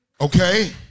Okay